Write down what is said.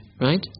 right